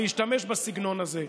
להשתמש בסגנון הזה.